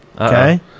Okay